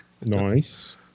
Nice